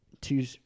two